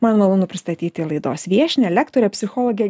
man malonu pristatyti laidos viešnią lektorę psichologę